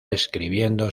escribiendo